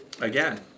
again